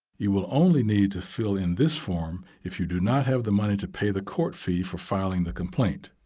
you will only need to fill in this form if you do not have the money to pay the court fee for filing the complaint.